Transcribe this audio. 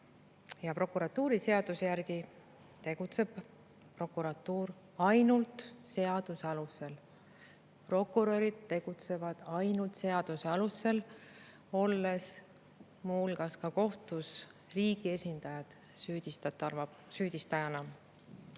ja prokuratuuriseaduse järgi tegutseb prokuratuur ainult seaduse alusel. Prokurörid tegutsevad ainult seaduse alusel, olles muu hulgas ka kohtus riigi esindajad süüdistajana.